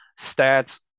stats